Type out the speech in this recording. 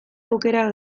aukera